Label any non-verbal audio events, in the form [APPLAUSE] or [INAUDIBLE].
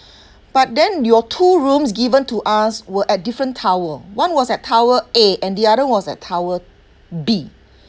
[BREATH] but then your two rooms given to us were at different tower one was at tower A and the other was at tower B